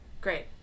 Great